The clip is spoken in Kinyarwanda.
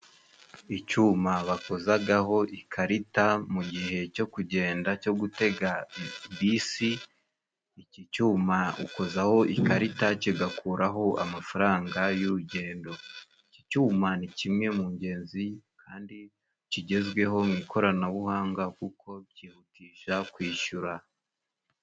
Icyuma bakozagaho ikarita mu gihe cyo kugenda, cyo gutega bisi, iki cyuma ukozaho ikarita kigakuraho amafaranga y'urugendo. Iki cyuma ni kimwe mu ngenzi kandi kigezweho mu ikoranabuhanga, kuko byihutisha kwishyura.